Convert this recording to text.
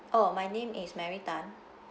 oh my name is mary tan